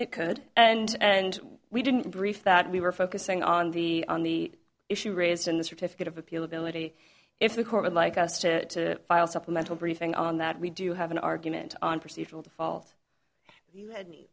it could and and we didn't brief that we were focusing on the on the issue raised in the certificate of appeal ability if the court would like us to file supplemental briefing on that we do have an argument on procedural default